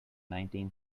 nineteen